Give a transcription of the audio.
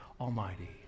Almighty